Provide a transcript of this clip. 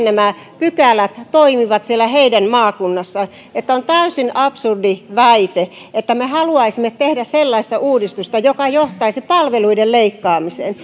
nämä pykälät toimivat siellä heidän maakunnassaan että on täysin absurdi väite että me haluaisimme tehdä sellaista uudistusta joka johtaisi palveluiden leikkaamiseen